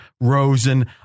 Rosen